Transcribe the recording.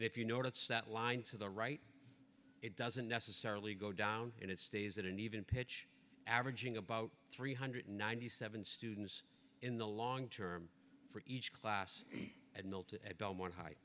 if you notice that line to the right it doesn't necessarily go down and it stays at an even pitch averaging about three hundred ninety seven students in the long term for each class at milton at belmont high